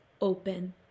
open